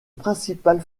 principal